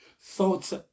thoughts